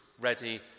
ready